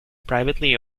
privately